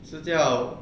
是叫